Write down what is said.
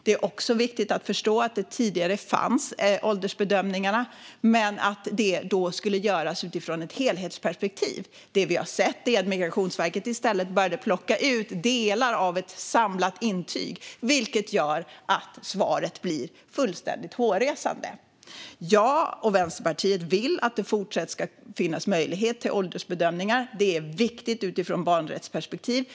Det är också viktigt att förstå att åldersbedömningar funnits tidigare men att de då skulle göras utifrån ett helhetsperspektiv. Det vi har sett är att Migrationsverket i stället började plocka ut delar av ett samlat intyg, vilket gör att resultatet blir fullständigt hårresande. Jag och Vänsterpartiet vill att det även i fortsättningen ska finnas möjlighet till åldersbedömningar. Detta är viktigt utifrån ett barnrättsperspektiv.